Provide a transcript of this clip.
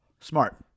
Smart